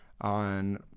on